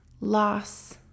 loss